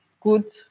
good